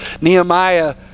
Nehemiah